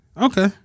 Okay